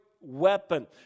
weapon